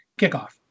kickoff